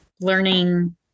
learning